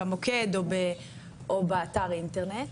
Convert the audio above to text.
במוקד, או באתר אינטרנט,